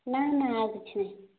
ନା ନା ଆଉ କିଛି ନାହିଁ